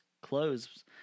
clothes